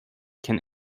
can